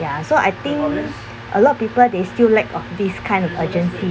ya so I think a lot of people they still lack of this kind of urgency